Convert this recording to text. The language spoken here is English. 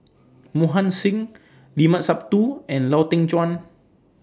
Mohan Singh Limat Sabtu and Lau Teng Chuan